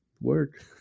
work